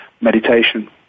meditation